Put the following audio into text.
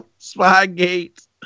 Spygate